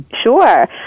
Sure